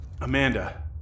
Amanda